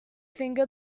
finger